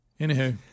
anywho